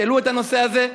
שהעלו את הנושא הזה,